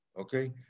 okay